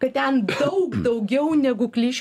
kad ten daug daugiau negu klišių